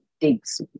digs